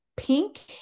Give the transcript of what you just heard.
pink